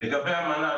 לגבי האמנה.